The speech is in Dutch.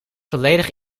volledig